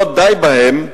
לא די בהם,